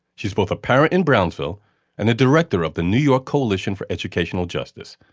she's both a parent in brownsville and the director of the new york coalition for educational justice,